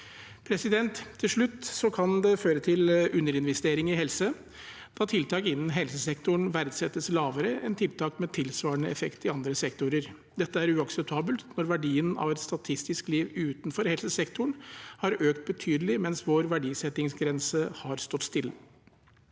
vurderinger. Til slutt kan det føre til underinvesteringer i helse da tiltak innen helsesektoren verdsettes lavere enn tiltak med tilsvarende effekt i andre sektorer. Dette er uakseptabelt når verdien av et statistisk liv utenfor helsesektoren har økt betydelig, mens vår verdisettingsgrense har stått stille.